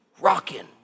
rockin